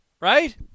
Right